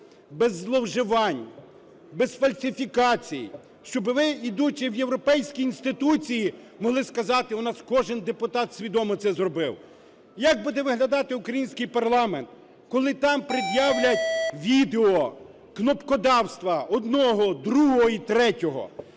без зловживань, без фальсифікацій, щоб ви, ідучи в європейські інституції, могли сказати: у нас кожен депутат свідомо це зробив. Як буде виглядати український парламент, коли там пред'являть відео кнопкодавства одного, другого і третього?